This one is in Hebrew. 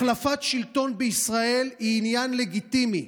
החלפת שלטון בישראל היא עניין לגיטימי.